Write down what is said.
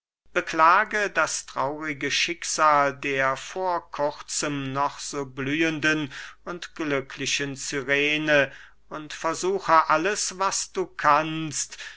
beklage das traurige schicksal der vor kurzem noch so blühenden und glücklichen cyrene und versuche alles was du kannst